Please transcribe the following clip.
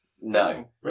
No